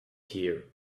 here